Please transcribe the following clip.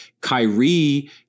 Kyrie